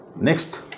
Next